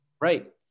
Right